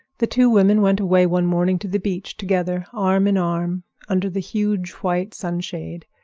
the two women went away one morning to the beach together, arm in arm, under the huge white sunshade.